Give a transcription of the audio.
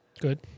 Good